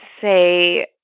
say